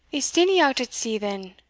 is steenie out at sea then?